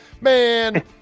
man